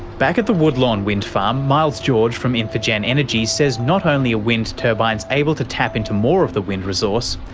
back at the woodlawn wind farm, miles george from infigen energy says not only are wind turbines able to tap into more of the wind resource,